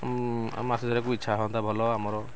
ମାଛ ଧରିବାକୁ ଇଚ୍ଛା ହୁଅନ୍ତା ଭଲ ଆମର